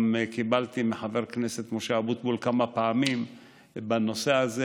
גם קיבלתי מחבר הכנסת משה אבוטבול כמה פעמים בנושא הזה.